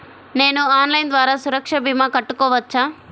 నేను ఆన్లైన్ ద్వారా సురక్ష భీమా కట్టుకోవచ్చా?